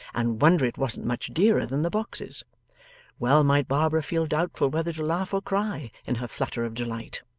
and wonder it wasn't much dearer than the boxes well might barbara feel doubtful whether to laugh or cry, in her flutter of delight.